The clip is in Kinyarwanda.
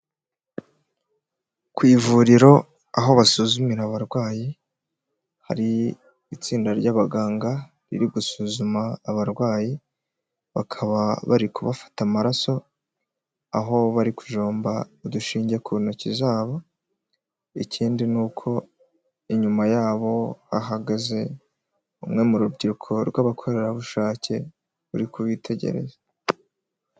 Ku ivuriro aho basuzumira abarwayi, hari itsinda ry'abaganga riri gusuzuma abarwayi, bakaba bari kubafata amaraso, aho bari kujomba udushingiye ku ntoki zabo, ikindi ni uko inyuma yabo hahagaze umwe mu rubyiruko rw'abakorerabushake uri kubitegereza.